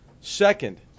Second